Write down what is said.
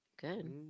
Good